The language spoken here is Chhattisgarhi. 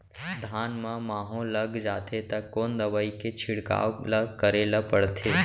धान म माहो लग जाथे त कोन दवई के छिड़काव ल करे ल पड़थे?